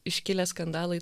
iškilę skandalai